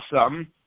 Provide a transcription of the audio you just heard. awesome